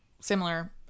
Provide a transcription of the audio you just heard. similar